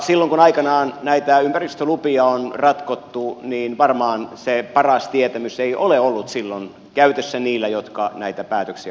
silloin kun aikanaan näitä ympäristölupia on ratkottu niin varmaan se paras tietämys ei ole ollut silloin käytössä niillä jotka näitä päätöksiä ovat tehneet